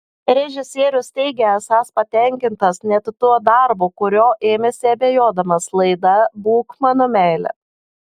režisierius teigia esąs patenkintas net tuo darbu kurio ėmėsi abejodamas laida būk mano meile